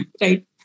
right